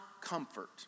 comfort